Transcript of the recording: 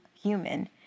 human